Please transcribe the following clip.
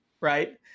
right